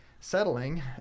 settling